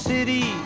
City